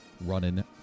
Running